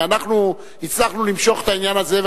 אנחנו הצלחנו למשוך את העניין הזה,